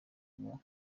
uwo